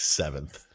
seventh